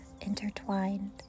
intertwined